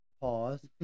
Pause